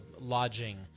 lodging